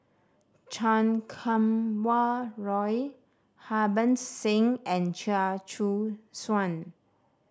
Chan Kum Wah Roy Harbans Singh and Chia Choo Suan